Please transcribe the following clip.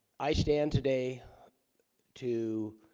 i stand today to